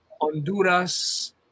Honduras